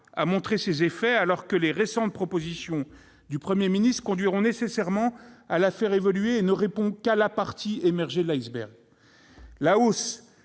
à montrer ses effets, alors que les récentes propositions du Premier ministre conduiront nécessairement à la faire évoluer et ne répondent qu'à la partie émergée de l'iceberg. La hausse